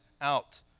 out